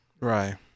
Right